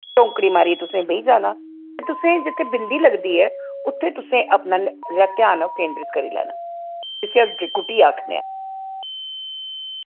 चौंकड़ी मारियै तुसें बेही जाना ते तुसें जित्थै बिंदी लगदी ऐ उत्थै तुसें अपना जेह्ड़ा ध्यान ऐ केंदरत करी लैना उस्सी अस भृकुटी आखने